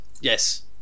Yes